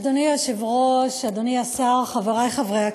אדוני היושב-ראש, אדוני השר, חברי חברי הכנסת,